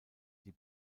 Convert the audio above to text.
die